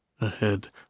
Ahead